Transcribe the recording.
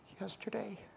yesterday